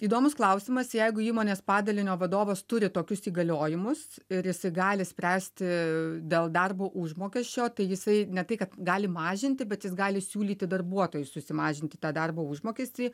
įdomus klausimas jeigu įmonės padalinio vadovas turi tokius įgaliojimus ir jisai gali spręsti dėl darbo užmokesčio tai jisai ne tai kad gali mažinti bet jis gali siūlyti darbuotojui susimažinti tą darbo užmokestį